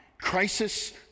Crisis